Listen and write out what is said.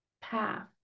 path